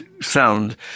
sound